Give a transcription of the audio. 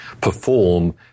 perform